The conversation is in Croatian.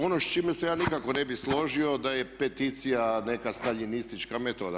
Ono s čime se ja nikako ne bih složio da je peticija neka staljinistička metoda.